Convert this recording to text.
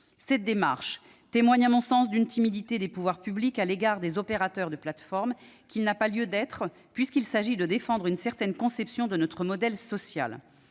Cette démarche témoigne à mon sens d'une timidité des pouvoirs publics à l'égard des opérateurs de plateforme qui n'a pas lieu d'être, s'agissant de défendre une certaine conception de notre modèle social.